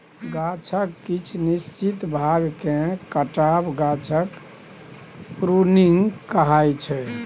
गाछक किछ निश्चित भाग केँ काटब गाछक प्रुनिंग कहाइ छै